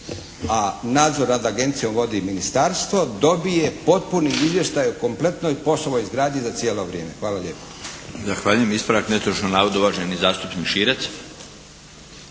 a nadzor rada agencije vodi ministarstvo dobije potpuni izvještaj o kompletnoj POS-ovoj izgradnji za cijelo vrijeme. Hvala lijepo.